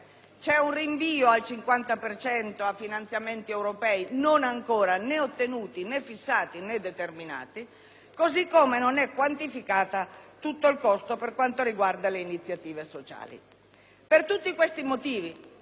C'è un rinvio per il 50 per cento a finanziamenti europei non ancora ottenuti, né fissati, né determinati, così come non è quantificato il costo per quanto riguarda le iniziative sociali. Per tutti questi motivi,